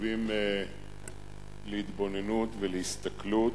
חשובים להתבוננות ולהסתכלות.